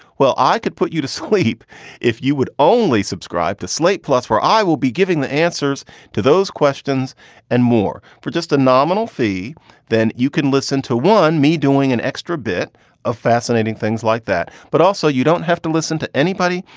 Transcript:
well, i could put you to sleep if you would only subscribe to slate plus where i will be giving the answers to those questions and more for just a nominal. fee then you can listen to one me doing an extra bit of fascinating things like that, but also you don't have to listen to anybody,